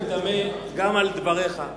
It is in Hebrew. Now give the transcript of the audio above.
אני תמה גם על דבריך,